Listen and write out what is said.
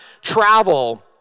travel